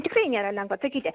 tikrai nėra lengva atsakyti